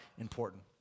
important